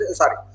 sorry